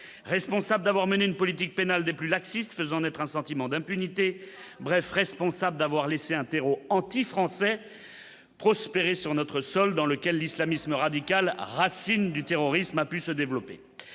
responsables d'avoir mené une politique pénale des plus laxiste, faisant naître un sentiment d'impunité, bref, responsable d'avoir laissé terreau antifrançais prospérer sur notre sol dans lequel l'islamisme radical racines du terrorisme, a pu se développer